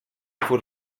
furt